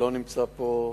שלא נמצא פה,